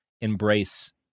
embrace